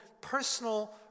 personal